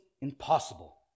impossible